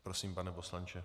Prosím, pane poslanče.